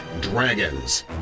Dragons